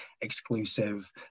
exclusive